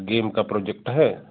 game का project है